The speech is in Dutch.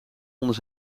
onder